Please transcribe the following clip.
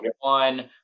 one